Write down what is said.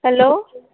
hello